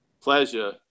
Pleasure